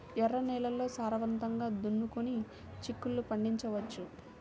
ఎర్ర నేలల్లో సారవంతంగా దున్నుకొని చిక్కుళ్ళు పండించవచ్చు